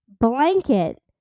blanket